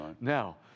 Now